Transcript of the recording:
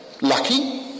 lucky